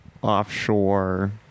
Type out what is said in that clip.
offshore